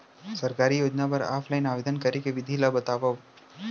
सरकारी योजना बर ऑफलाइन आवेदन करे के विधि ला बतावव